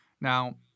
now